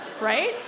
right